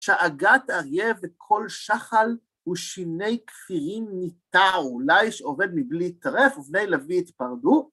שאגת אריה וכל שחל ושיני כפירים ניתעו, ליש אבד מבלי טרף ובני לביא יתפרדו?